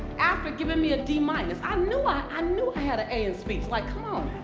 after giving me a d minus, i knew i um knew i had an a in speech, like come on.